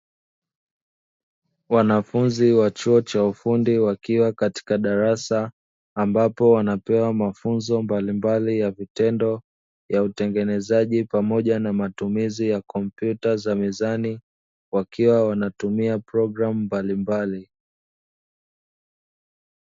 Wanafunzi wa chuo cha ufundi wakiwa katika darasa ambapo wanapewa mafunzo mbalimbali ya vitendo ya utengenezaji pamoja na matumizi ya kompyuta za mezani, wakiwa wanatumia programu mbalimbali.